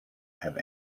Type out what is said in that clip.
have